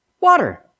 Water